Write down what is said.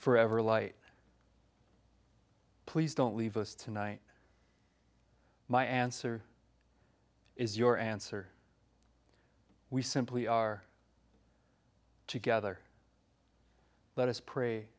forever light please don't leave us tonight my answer is your answer we simply are together let us pray